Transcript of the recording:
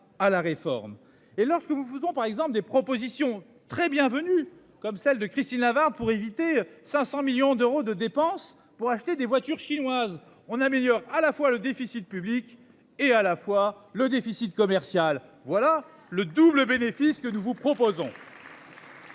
à la réforme et lorsque vous vous ont par exemple des propositions très bien venu comme celle de Christine Avart pour éviter 500 millions d'euros de dépenses pour acheter des voitures chinoises on améliore à la fois le déficit public et à la fois le déficit commercial, voilà le double bénéfice que nous vous proposons.